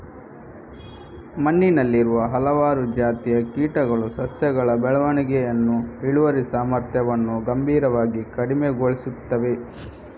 ಮಣ್ಣಿನಲ್ಲಿರುವ ಹಲವಾರು ಜಾತಿಯ ಕೀಟಗಳು ಸಸ್ಯಗಳ ಬೆಳವಣಿಗೆಯನ್ನು, ಇಳುವರಿ ಸಾಮರ್ಥ್ಯವನ್ನು ಗಂಭೀರವಾಗಿ ಕಡಿಮೆಗೊಳಿಸುತ್ತವೆ